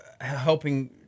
helping –